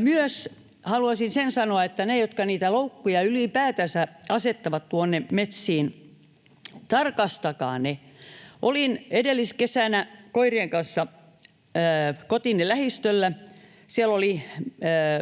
Myös sen haluaisin sanoa niille, jotka niitä loukkuja ylipäätänsä asettavat tuonne metsiin: tarkastakaa ne. Olin edelliskesänä koirien kanssa kotini lähistöllä. Siellä oli